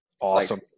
awesome